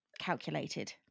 Calculated